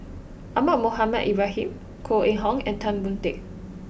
Ahmad Mohamed Ibrahim Koh Eng Hoon and Tan Boon Teik